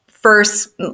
first